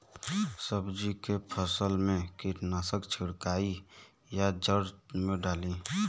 सब्जी के फसल मे कीटनाशक छिड़काई या जड़ मे डाली?